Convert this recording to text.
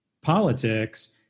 politics